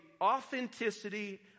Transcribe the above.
authenticity